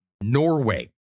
Norway